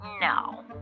No